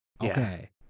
Okay